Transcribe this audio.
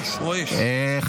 אדוני.